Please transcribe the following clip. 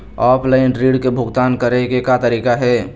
Offline ऋण के भुगतान करे के का तरीका हे?